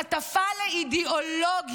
בחמאס: הטפה לאידיאולוגיה.